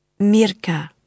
Mirka